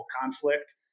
conflict